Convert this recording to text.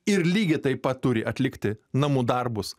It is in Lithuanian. ir lygiai taip pat turi atlikti namų darbus